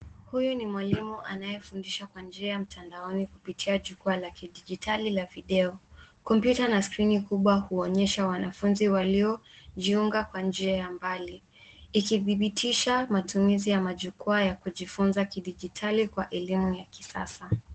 Huyu ni mwalimu anayefundisha kwa njia ya mtandaoni kupitia jukwaa la kidijitali la video. Kompyuta na skrini kubwa huonyesha wanafunzi waliojiunga kwa njia ya mbali, ikidhibitisha matumizi ya majukwaa ya kujifunza kidijitali kwa elimu ya kisasa.